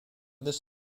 this